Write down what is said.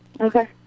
Okay